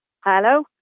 hello